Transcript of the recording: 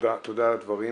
תודה על הדבר.